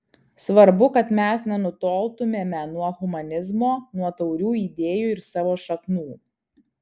svarbu kad mes nenutoltumėme nuo humanizmo nuo taurių idėjų ir savo šaknų